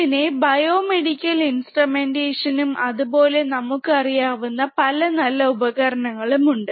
ഇതിനെ biomedical instrumentation ഉം അതുപോലെ നമുക്കറിയാവുന്ന പല നല്ല ഉപയോഗങ്ങളും ഉണ്ട്